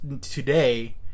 today